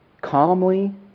calmly